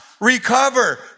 recover